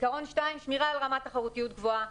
עקרון שני שמירה על רמת תחרותיות גבוהה.